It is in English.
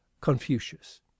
Confucius